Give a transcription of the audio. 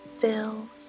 fill